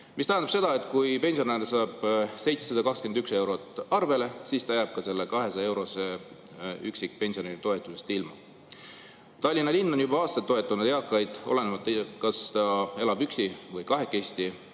see tähendab seda, et kui pensionär saab 721 eurot arvele, siis ta jääb sellest 200‑eurosest üksikpensionäri toetusest ilma. Tallinna linn on juba aastaid toetanud eakaid, olenemata sellest, kas ta elab üksi või kahekesi,